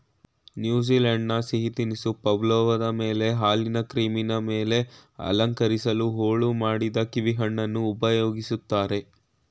ನ್ಯೂಜಿಲೆಂಡಿನ ಸಿಹಿ ತಿನಿಸು ಪವ್ಲೋವದ ಮೇಲೆ ಹಾಲಿನ ಕ್ರೀಮಿನ ಮೇಲೆ ಅಲಂಕರಿಸಲು ಹೋಳು ಮಾಡಿದ ಕೀವಿಹಣ್ಣನ್ನು ಉಪಯೋಗಿಸ್ತಾರೆ